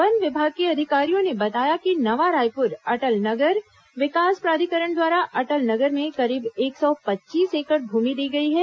one विभाग के अधिकारियों ने बताया कि नवा रायपुर अटल नगर विकास प्राधिकरण द्वारा अटल नगर में करीब एक सौ पच्चीस एकड़ भूमि दी गई है